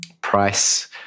price